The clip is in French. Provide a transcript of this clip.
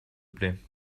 plait